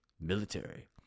military